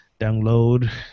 download